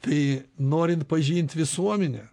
tai norint pažint visuomenę